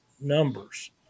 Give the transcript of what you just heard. numbers